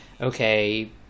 Okay